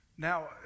Now